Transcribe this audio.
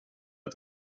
att